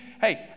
Hey